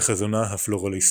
וחזונה הפלורליסטי.